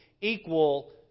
equal